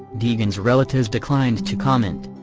degan's relatives declined to comment.